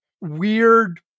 weird